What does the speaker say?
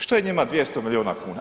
Što je njima 200 milijuna kuna?